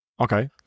Okay